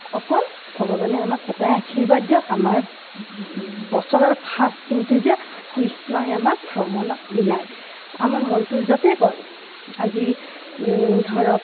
অকল ভগৱানে আমাক এটাই আশীৰ্বাদ দিয়ক আমাৰ বছৰৰ ফাৰ্ষ্ট দিনটো যে কৃষ্ণই আমাক ভ্ৰমণত মিলায় আমাৰ মনটো য'তে কয় আজি ধৰক